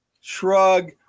shrug